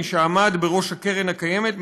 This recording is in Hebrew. מי שעמד בראש הקרן הקיימת,